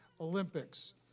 Olympics